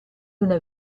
una